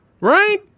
right